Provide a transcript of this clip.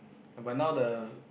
but now the